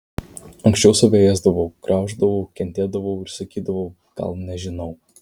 anksčiau save ėsdavau grauždavau kentėdavau ir sakydavau gal nežinau